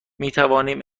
میتوانیم